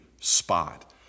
spot